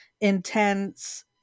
intense